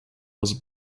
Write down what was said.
was